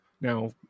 Now